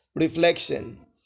Reflection